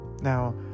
Now